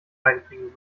reinkriegen